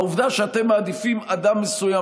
העובדה שאתם מעדיפים אדם מסוים,